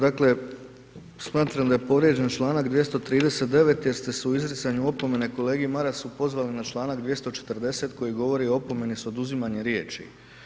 Dakle, smatram da je povrijeđen Članak 239. jer ste se u izricanju opomene kolegi Marasu pozvali na Članak 240. koji govori o opomeni s oduzimanjem riječi.